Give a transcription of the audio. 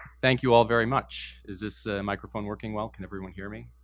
thank you all very much. is this microphone working well, can everyone hear me?